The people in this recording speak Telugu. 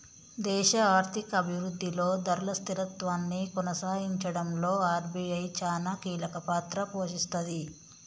దేశ ఆర్థిక అభిరుద్ధిలో ధరల స్థిరత్వాన్ని కొనసాగించడంలో ఆర్.బి.ఐ చానా కీలకపాత్ర పోషిస్తది